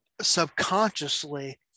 subconsciously